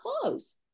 clothes